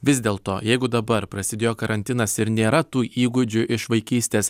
vis dėlto jeigu dabar prasidėjo karantinas ir nėra tų įgūdžių iš vaikystės